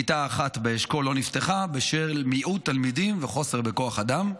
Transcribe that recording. כיתה אחת באשכול לא נפתחה בשל מיעוט תלמידים וחוסר בכוח אדם.